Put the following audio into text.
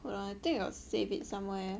hold on I think I got save it somewhere